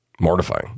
mortifying